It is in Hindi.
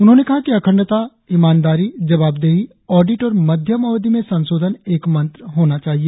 उन्होंने कहा कि अखंडता ईमानदारी जवाबदेही आँडिट और मध्यम अवधि में संशोधन एक मंत्र होना चाहिए